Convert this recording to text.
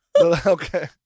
Okay